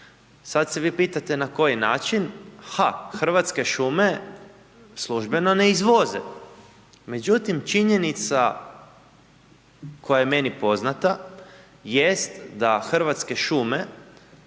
Sada se vi pitate na koji način? Ha, Hrvatske šume službeno ne izvoze. Međutim, činjenica koja je meni poznata jest da Hrvatske šume